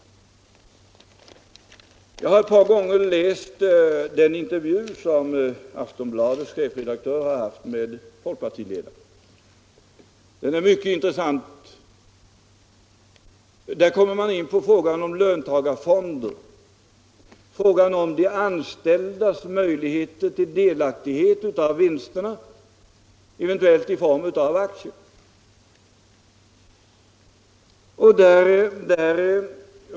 Jag har ett par gånger läst den intervju som Aftonbladets chefredaktör gjort med folkpartiledaren. Den är mycket intressant. Där kommer man in på frågan om löntagarfonder, frågan om de anställdas möjligheter till delaktighet av vinsterna, eventuellt i form av aktier.